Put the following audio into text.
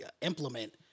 implement